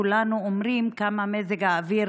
כולנו אומרים כמה מזג האוויר